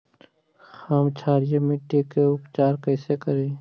हम क्षारीय मिट्टी के उपचार कैसे करी?